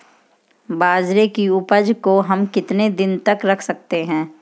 बाजरे की उपज को हम कितने दिनों तक रख सकते हैं?